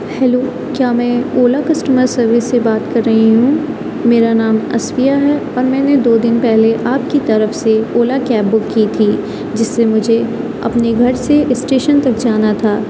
hello کیا میں Ola customer service سے بات کر رہی ہوں میرا نام اصفیہ ہے اور میں نے دو دن پہلے آپ کی طرف سے اولا کیب بک کی تھی جس سے مجھے اپنے گھر سے اسٹیشن تک جانا تھا